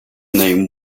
name